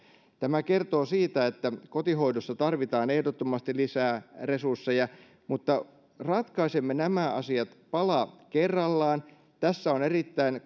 tämä kertoo siitä että kotihoidossa tarvitaan ehdottomasti lisää resursseja mutta ratkaisemme nämä asiat pala kerrallaan tässä on erittäin